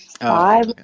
five